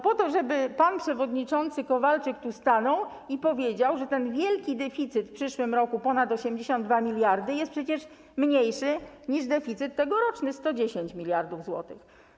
Po to, żeby pan przewodniczący Kowalczyk tu stanął i powiedział, że ten wielki deficyt, który wyniesie w przyszłym roku ponad 82 mld, jest przecież mniejszy niż deficyt tegoroczny, wynoszący 110 mld zł.